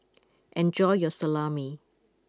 enjoy your Salami